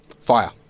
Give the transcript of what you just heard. fire